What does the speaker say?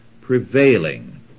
prevailing